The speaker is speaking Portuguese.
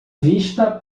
vista